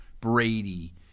Brady